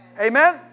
Amen